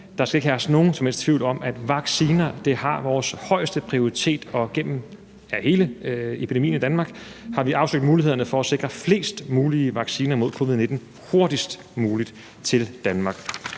der ikke skal herske nogen som helst tvivl om, at vacciner har vores højeste prioritet. Og igennem hele epidemien i Danmark har vi afsøgt mulighederne for at sikre flest mulige vacciner mod covid-19 hurtigst muligt til Danmark.